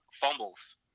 fumbles